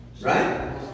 Right